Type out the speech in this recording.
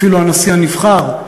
אפילו הנשיא הנבחר,